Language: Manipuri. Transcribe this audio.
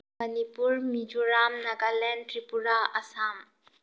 ꯃꯅꯤꯄꯨꯔ ꯃꯤꯖꯣꯔꯥꯝ ꯅꯒꯥꯂꯦꯟ ꯇ꯭ꯔꯤꯄꯨꯔꯥ ꯑꯁꯥꯝ